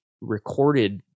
recorded